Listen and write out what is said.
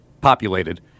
populated